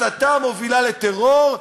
הסתה מובילה לטרור,